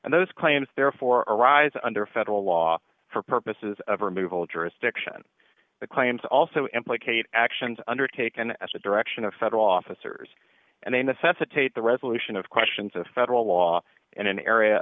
and those claims therefore arise under federal law for purposes of removal jurisdiction the claims also implicate actions undertaken at the direction of federal officers and they necessitate the resolution of questions of federal law in an area